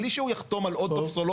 בלי שהוא יחתום על עוד טופסולוגיה,